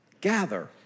Gather